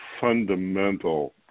fundamental